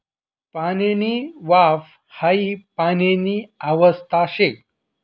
पाणीनी वाफ हाई पाणीनी अवस्था शे